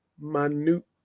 minute